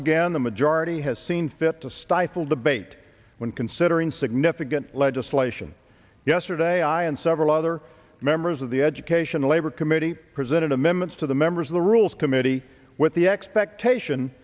again the majority has seen fit to stifle debate when considering significant legislation yesterday i and several other members of the education labor committee presented amendments to the members of the rules committee with the expectation